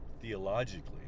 theologically